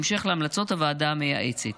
בהמשך להמלצות הוועדה המייעצת.